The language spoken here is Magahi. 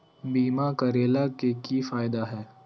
बीमा करैला के की फायदा है?